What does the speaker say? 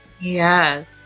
Yes